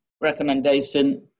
recommendation